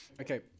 Okay